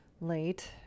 late